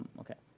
okay.